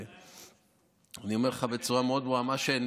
בלי לתאם.